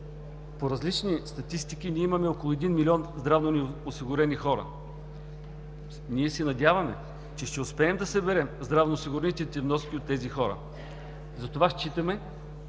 по различни статистики имаме около един милион здравно неосигурени хора. Надяваме се, че ще успеем да съберем здравноосигурителните вноски от тези хора. Затова считаме,